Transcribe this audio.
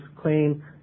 clean